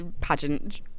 pageant